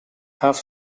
half